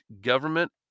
government